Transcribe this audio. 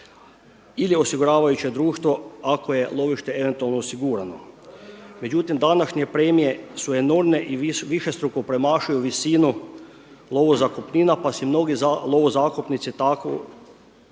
ili osiguravajuće društvo ako je lovište eventualno osigurano. Međutim današnje premije su enormne i višestruko premašuju visinu lovo zakupnina pa si mnogi lovo zakupnici takvo